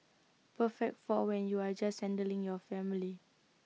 perfect for when you're just your family